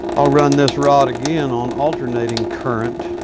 i'll run this rod again on alternating current